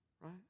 Right